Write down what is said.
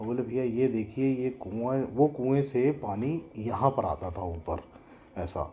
वो बोले भैया ये देखिए ये कुआँ वो कुएँ से पानी यहाँ पर आता था ऊपर ऐसा